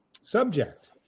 subject